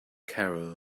carol